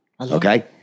Okay